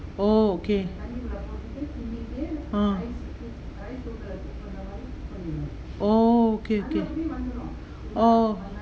oh okay uh oh okay okay oh